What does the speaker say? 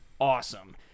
awesome